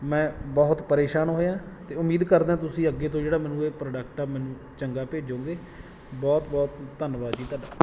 ਮੈਂ ਬਹੁਤ ਪਰੇਸ਼ਾਨ ਹੋਇਆਂ ਅਤੇ ਉਮੀਦ ਕਰਦਾ ਤੁਸੀਂ ਅੱਗੇ ਤੋਂ ਜਿਹੜਾ ਮੈਨੂੰ ਇਹ ਪ੍ਰੋਡਕਟ ਆ ਮੈਨੂੰ ਚੰਗਾ ਭੇਜੋਗੇ ਬਹੁਤ ਬਹੁਤ ਧੰਨਵਾਦ ਜੀ ਤੁਹਾਡਾ